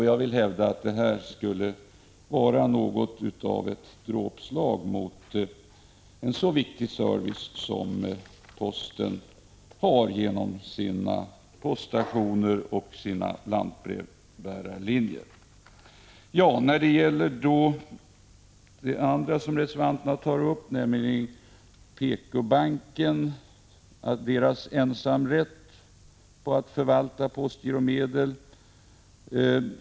Jag vill hävda att det här skulle vara något av ett dråpslag mot en så viktig service som posten har genom sina poststationer och lantbrevbärarlinjer. En annan fråga som reservanterna tar upp gäller avskaffande av PK bankens ensamrätt att förvalta postgiromedel.